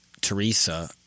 Teresa